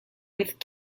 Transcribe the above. with